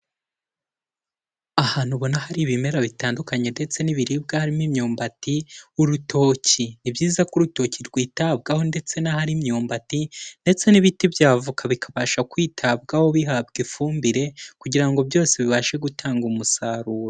Ahantu ubona hari ibimera bitandukanye ndetse n'ibiribwa harimo imyumbati, urutoki. Nibyiza ko urutoki rwitabwaho ndetse n'ahari imyumbati, ndetse n'ibiti bya avoka bikabasha kwitabwaho bihabwa ifumbire, kugira byose bibashe gutanga umusaruro.